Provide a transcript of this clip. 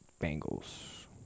Bengals